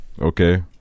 okay